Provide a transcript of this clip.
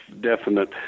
definite